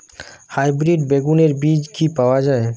Hybrid বেগুনের বীজ কি পাওয়া য়ায়?